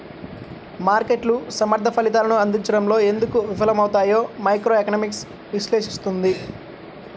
మార్కెట్లు సమర్థ ఫలితాలను అందించడంలో ఎందుకు విఫలమవుతాయో మైక్రోఎకనామిక్స్ విశ్లేషిస్తుంది